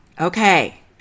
Okay